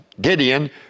Gideon